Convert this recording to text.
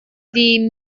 die